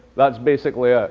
that's basically ah